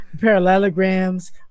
Parallelograms